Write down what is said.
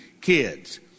kids